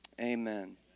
Amen